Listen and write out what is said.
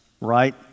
right